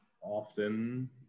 often